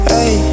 Hey